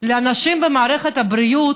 לאנשים במערכת הבריאות,